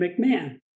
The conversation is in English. McMahon